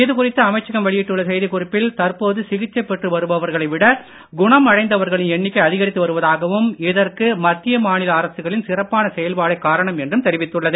இதுகுறித்து அமைச்சகம் வெளியிட்டுள்ள செய்தி குறிப்பில் தற்போது சிகிச்சை பெற்று வருபவர்களை விட குணமடைந்தவர்களின் எண்ணிக்கை அதிகரித்து வருவதாகவும் இதற்கு மத்திய மாநில அரசுகளின் சிறப்பான செயல்பாடே காரணம் என்றும் தெரிவித்துள்ளது